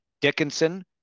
Dickinson